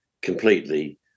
completely